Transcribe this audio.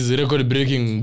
record-breaking